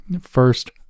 First